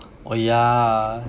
oh yeah